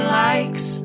likes